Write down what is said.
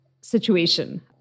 situation